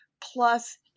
plus